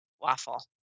waffle